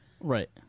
Right